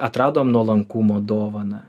atradom nuolankumo dovaną